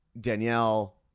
Danielle